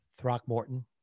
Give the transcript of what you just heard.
throckmorton